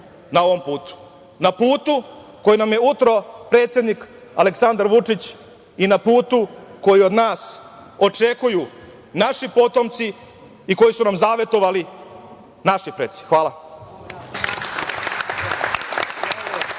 na ovom putu, na putu koji nam je utro predsednik Aleksandar Vučić i na putu koji od nas očekuju naši potomci i koji su nam zavetovali naši preci. Hvala.